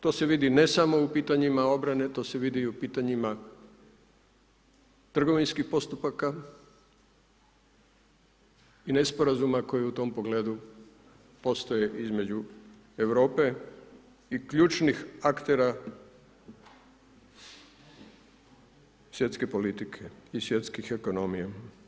To se vidi ne samo u pitanjima obrane, to se vidi i u pitanjima trgovinskih postupaka i nesporazuma koji u tom pogledu postoje između Europe i ključnih aktera svjetske politike i svjetskih ekonomija.